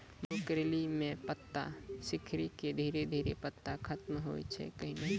मरो करैली म पत्ता सिकुड़ी के धीरे धीरे पत्ता खत्म होय छै कैनै?